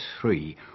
three